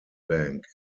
bank